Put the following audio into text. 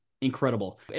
incredible